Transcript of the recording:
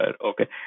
Okay